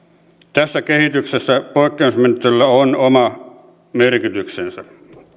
tässä kehityksessä poikkeusmenettelyillä on oma merkityksensä